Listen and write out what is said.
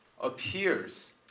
appears